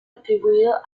atribuido